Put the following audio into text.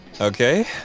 Okay